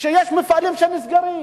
כשמפעלים נסגרים,